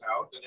out